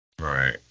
Right